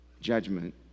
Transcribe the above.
Judgment